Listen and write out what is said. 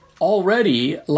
already